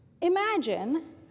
Imagine